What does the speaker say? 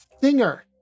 singer